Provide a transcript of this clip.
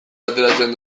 ateratzen